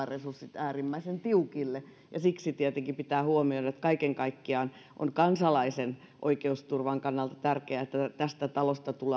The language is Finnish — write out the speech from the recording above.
resurssit joutuneet äärimmäisen tiukille siksi tietenkin pitää huomioida että kaiken kaikkiaan on kansalaisen oikeusturvan kannalta tärkeää että tästä talosta